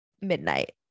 midnight